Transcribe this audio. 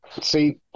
See